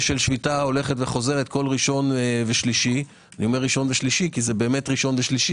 של שביתה הולכת וחוזרת כל ראשון ושלישי זה באמת ראשון ושלישי